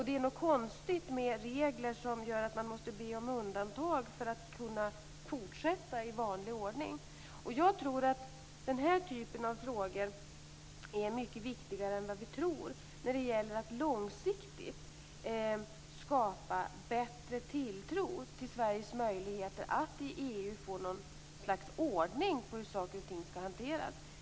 Det är något konstigt med regler som gör att man måste be om undantag för att kunna fortsätta i vanlig ordning. Jag tror att den här typen av frågor är mycket viktigare än vad vi tror när det gäller att långsiktigt skapa bättre tilltro till Sveriges möjligheter att i EU få någon slags ordning på hur saker och ting skall hanteras.